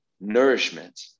nourishment